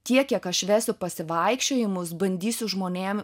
tiek kiek aš vesiu pasivaikščiojimus bandysiu žmonėm